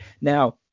Now